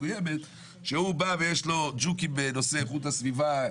שהוא בא ויש לו ג'וקים בנושא איכות הסביבה,